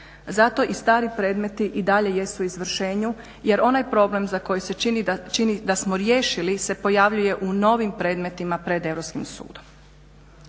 Zato i stari predmeti i dalje jesu u izvršenju, jer onaj problem za koji se čini da smo riješili se pojavljuje u novim predmetima pred